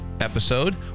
episode